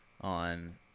on